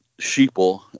sheeple